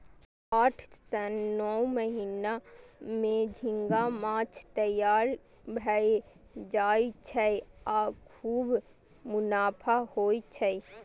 आठ सं नौ महीना मे झींगा माछ तैयार भए जाय छै आ खूब मुनाफा होइ छै